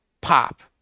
pop